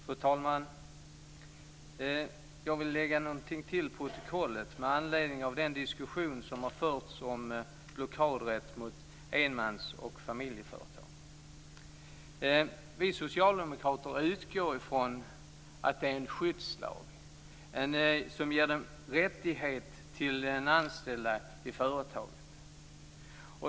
Fru talman! Jag vill lägga någonting till protokollet med anledning av den diskussion som har förts om blockadrätt mot enmans och familjeföretag. Vi socialdemokrater utgår från att detta är en skyddslag som ger en rättighet till anställda i företaget.